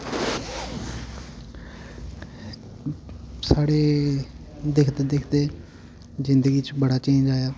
साढ़े दिक्खदे दिक्खदे जिन्दगी च बड़ा चेंज आया